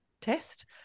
test